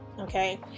okay